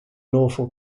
lawful